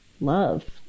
love